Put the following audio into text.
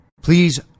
Please